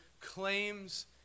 claims